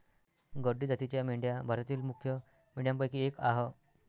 गड्डी जातीच्या मेंढ्या भारतातील मुख्य मेंढ्यांपैकी एक आह